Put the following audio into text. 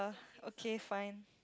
okay fine